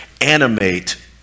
animate